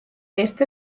ერთ